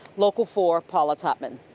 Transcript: local four paula tutman.